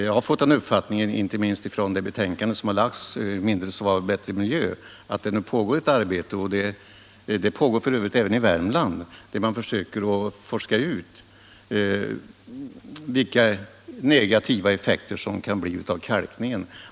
Jag har fått den uppfattningen inte minst från betänkandet Mindre svavel — bättre miljö att det nu pågår ett arbete — f. ö. i Värmland — där man försöker forska ut vilka negativa effekter som kan uppstå av kalkning.